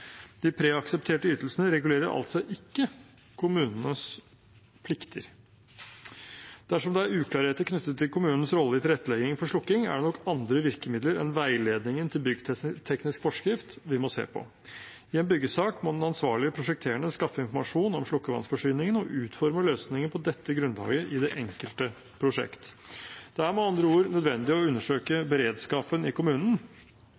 De preaksepterte ytelsene regulerer altså ikke kommunenes plikter. Dersom det er uklarheter knyttet til kommunens rolle i tilrettelegging for slukking, er det nok andre virkemidler enn veiledningen til byggteknisk forskrift vi må se på. I en byggesak må den ansvarlig prosjekterende skaffe informasjon om slukkevannsforsyningen og utforme løsninger på dette grunnlaget i det enkelte prosjekt. Det er med andre ord nødvendig å undersøke beredskapen i kommunen,